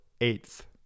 eighth